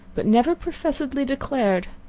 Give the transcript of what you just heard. but never professedly declared.